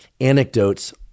anecdotes